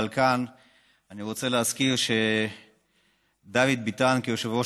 אבל כאן אני רוצה להזכיר שדוד ביטן כיושב-ראש